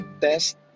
test